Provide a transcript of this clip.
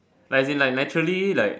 like as in like naturally like